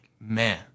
man